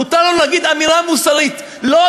מותר לנו להגיד אמירה מוסרית: לא,